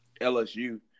LSU